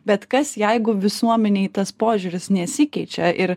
bet kas jeigu visuomenėj tas požiūris nesikeičia ir